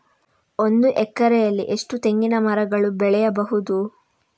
ಒಂದು ಎಕರೆಯಲ್ಲಿ ಎಷ್ಟು ತೆಂಗಿನಮರಗಳು ಬೆಳೆಯಬಹುದು?